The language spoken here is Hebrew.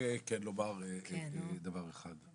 רוצה לומר דבר אחד: